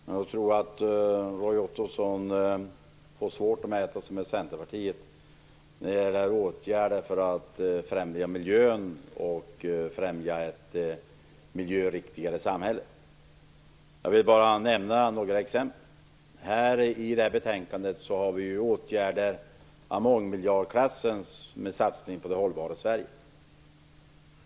Herr talman! Jag tror att Roy Ottosson får svårt att mäta sig med Centerpartiet när det gäller åtgärder för att främja miljön och främja ett miljöriktigare samhälle. Jag vill bara nämna några exempel. I det här betänkandet finns åtgärder i mångmiljardklassen för satsningar på det hållbara Sverige.